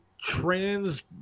trans